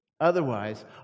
Otherwise